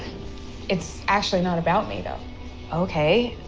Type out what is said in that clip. it's actually not about me, though ok.